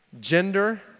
gender